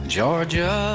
Georgia